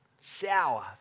sour